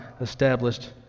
established